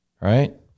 Right